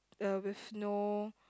uh with no